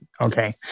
Okay